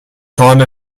time